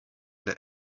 that